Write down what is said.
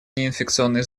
неинфекционные